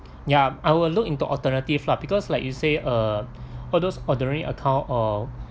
ya I will look into alternative lah because like you say uh all those ordinary account or